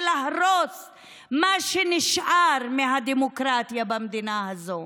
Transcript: להרוס מה שנשאר מהדמוקרטיה במדינה הזאת.